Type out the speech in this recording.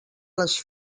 les